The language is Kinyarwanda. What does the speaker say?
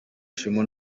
ishema